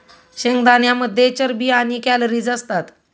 शेंगदाण्यांमध्ये चरबी आणि कॅलरीज असतात